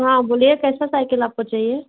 हाँ बोलिए कैसा साइकिल आपको चाहिए